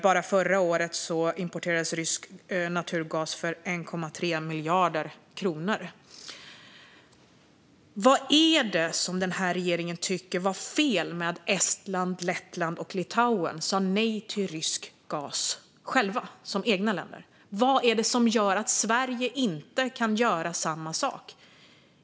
Bara förra året importerades rysk naturgas för 1,3 miljarder kronor. Vad är det som den här regeringen tycker var fel med att Estland, Lettland och Litauen sa nej till rysk gas själva, som egna länder? Vad är det som gör att Sverige inte kan göra samma sak?